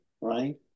right